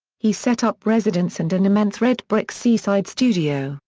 he set up residence and an immense redbrick seaside studio,